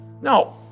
No